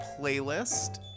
playlist